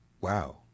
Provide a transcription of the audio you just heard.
Wow